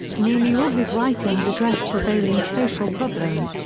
nearly all his writings address prevailing social problems,